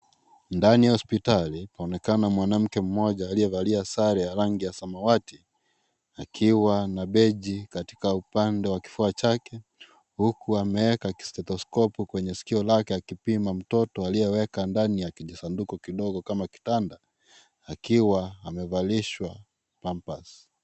Ndani ya hospitali paonekana mwanamke mmoja aliyevalia sare ya rangi ya samawati akiwa na beige katika upande wa kifua chake, huku ameweka stetoskopu kwenye sikio lake akipima mtoto aliyeweka ndani ya kijisanduku kidogo kama kitanda, akiwa amevalishwa pampers .